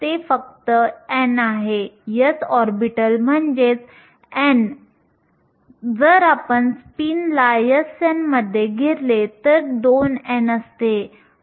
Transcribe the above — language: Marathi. व्हॅलेन्स बँडचा आधार शून्य म्हणून मांडला आहे व्हॅलेन्स बँडचा वरचा भाग Ev आहे जेव्हा आपल्याकडे वाहक बँड असेल वाहक बँडचा आधार Ec असेल वाहक बँडचा शीर्ष Ec χ असेल आणि त्यातील फरक व्हॅलेन्स बँड आणि वाहक बँड हे बँड अंतर आहे